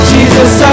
Jesus